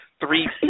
three